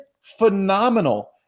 phenomenal